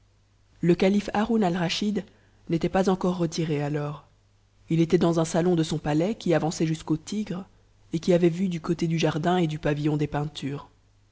le calife haroun alraschid n'était pas encore retiré alors il était dans un salon de son palais qui avançait jusqu'au tigre et qui avait vue du côté du jardin et du pavillon des peintures